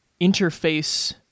Interface